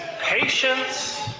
patience